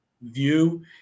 view